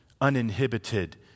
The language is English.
uninhibited